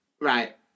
right